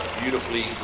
beautifully